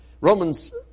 Romans